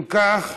אם כך,